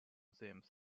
sims